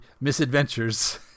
misadventures